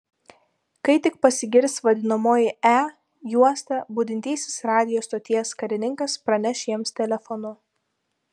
kai tik pasigirs vadinamoji e juosta budintysis radijo stoties karininkas praneš jiems telefonu